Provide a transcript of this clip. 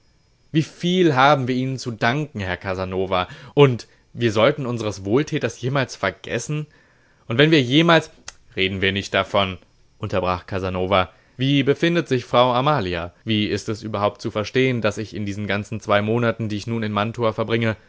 wieviel haben wir ihnen zu danken herr casanova und wir sollten unsres wohltäters jemals vergessen und wenn wir jemals reden wir nicht davon unterbrach casanova wie befindet sich frau amalia wie ist es überhaupt zu verstehn daß ich in diesen ganzen zwei monaten die ich nun in mantua verbringe